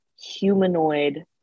humanoid